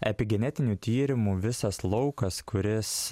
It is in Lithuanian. epigenetinių tyrimų visas laukas kuris